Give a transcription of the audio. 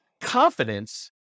confidence